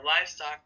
livestock